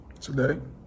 Today